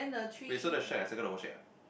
wait so the shack I circle the whole shack ah